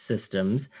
systems